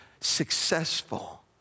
successful